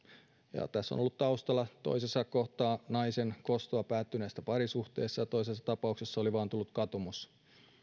tässä on ollut taustalla toisessa kohtaa naisen kosto päättyneestä parisuhteesta ja toisessa tapauksessa oli vain tullut katumus